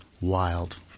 wild